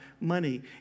money